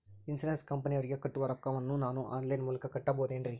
Insurance ಕಂಪನಿಯವರಿಗೆ ಕಟ್ಟುವ ರೊಕ್ಕ ವನ್ನು ನಾನು ಆನ್ ಲೈನ್ ಮೂಲಕ ಕಟ್ಟಬಹುದೇನ್ರಿ?